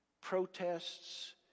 Protests